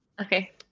Okay